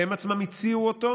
שהם עצמם הציעו אותו,